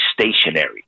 stationary